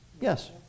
Yes